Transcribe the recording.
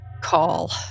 call